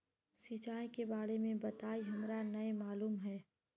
सिंचाई के बारे में बताई हमरा नय मालूम है?